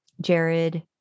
jared